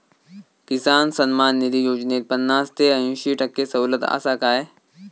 किसान सन्मान निधी योजनेत पन्नास ते अंयशी टक्के सवलत आसा काय?